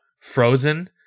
Frozen